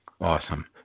Awesome